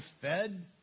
fed